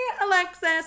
Alexis